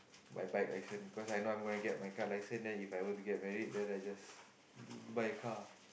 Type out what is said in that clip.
my bike license cause I know I'm gonna get my car license then If I were to get married then I just buy a car